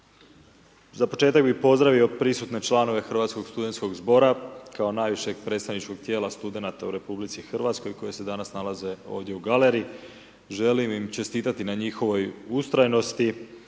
Za početak bih pozdravio prisutne članove Hrvatskog studentskog zbora kao najvišeg predsjedničkog tijela studenata u RH koji se danas nalaze ovdje u galeriji. Želim im čestitati na njihovoj ustrajnosti.